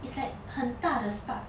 it's like 很大的 spark